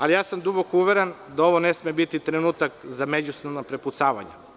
Ali, duboko sam uveren da ovo ne sme biti trenutak za međusobna prepucavanja.